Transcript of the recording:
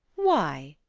why,